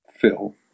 Phil